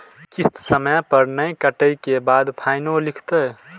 किस्त समय पर नय कटै के बाद फाइनो लिखते?